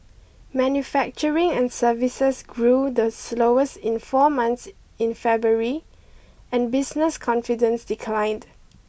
manufacturing and services grew the slowest in four months in February and business confidence declined